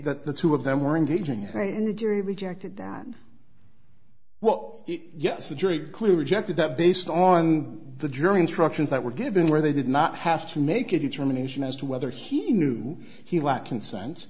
that the two of them were engaging in the jury rejected that well yes the jury clearly rejected that based on the jury instructions that were given where they did not have to make a determination as to whether he knew he lack